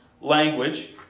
language